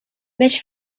mitch